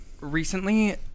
recently